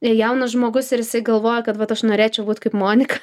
ir jaunas žmogus ir jisai galvoja kad vat aš norėčiau būt kaip monika